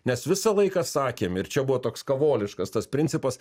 mes visą laiką sakėm ir čia buvo toks kavoliškas tas principas